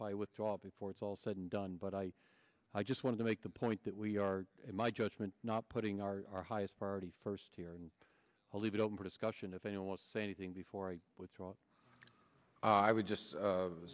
i withdraw before it's all said and done but i i just wanted to make the point that we are in my judgment not putting our highest priority first here and i'll leave it open for discussion if anyone wants to say anything before i withdraw i would just